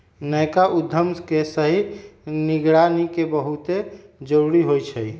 नयका उद्यम के सही निगरानी के बहुते जरूरी होइ छइ